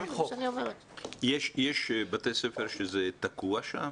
יש בתי ספר שזה תקוע שם.